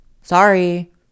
Sorry